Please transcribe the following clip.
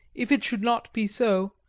if it should not be so,